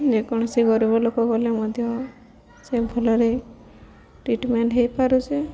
ଯେକୌଣସି ଗରିବ ଲୋକ ଗଲେ ମଧ୍ୟ ସେ ଭଲରେ ଟ୍ରିଟମେଣ୍ଟ ହୋଇପାରୁଛେ